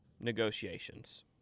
negotiations